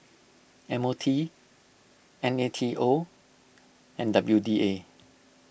M O T N A T O and W D A